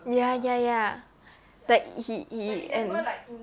ya ya ya like he he and